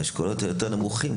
באשכולות היותר נמוכים,